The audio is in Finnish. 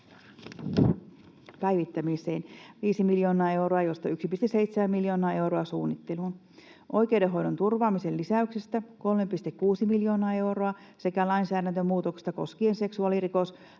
päivittämiseen, 5 miljoonaa euroa, josta 1,7 miljoonaa euroa suunnitteluun, oikeudenhoidon turvaamisen lisäyksestä, 3,6 miljoonaa euroa, sekä lainsäädäntömuutoksista koskien seksuaalirikoslainsäädännön